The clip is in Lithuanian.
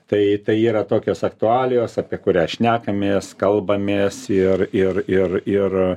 tai tai yra tokios aktualijos apie kurią šnekamės kalbamės ir ir ir ir